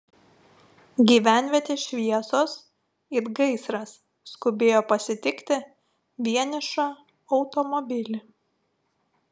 gyvenvietės šviesos it gaisras skubėjo pasitikti vienišą automobilį